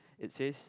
it says